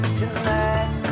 tonight